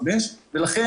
לכן,